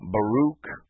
Baruch